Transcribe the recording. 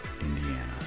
Indiana